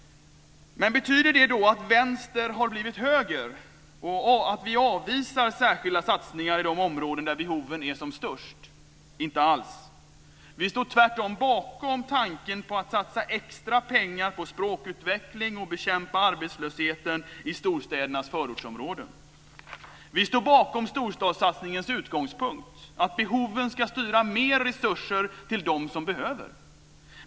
Betyder det då att vänster har blivit höger och att vi avvisar särskilda satsningar i de områden där behoven är som störst? Inte alls. Vi står tvärtom bakom tanken på att satsa extra pengar på språkutveckling och att bekämpa arbetslösheten i storstädernas förortsområden. Vi står bakom storstadssatsningens utgångspunkt, att behoven ska styra mer resurser till dem som behöver.